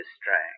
strength